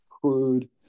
crude